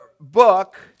book